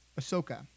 Ahsoka